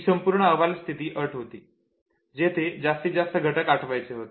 ही संपूर्ण अहवाल स्थिती अट होती जेथे जास्तीत जास्त शक्य घटक आठवायचे होते